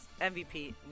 MVP